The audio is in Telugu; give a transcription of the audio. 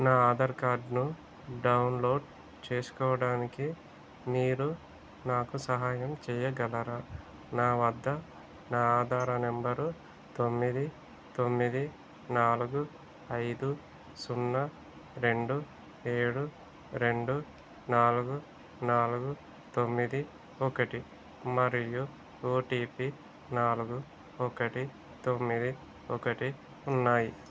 నా ఆధార్ కార్డ్ను డౌన్లోడ్ చేసుకోవడానికి మీరు నాకు సహాయం చెయ్యగలరా నా వద్ద నా ఆధార్ నెంబరు తొమ్మిది తొమ్మిది నాలుగు ఐదు సున్నా రెండు ఏడు రెండు నాలుగు నాలుగు తొమ్మిది ఒకటి మరియు ఓటిపి నాలుగు ఒకటి తొమ్మిది ఒకటి ఉన్నాయి